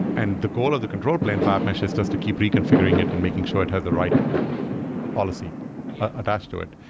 and the goal of the control plane for app mesh is just to keep reconfiguring it and making sure it has the right policy attached to it.